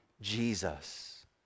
Jesus